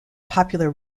popular